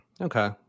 Okay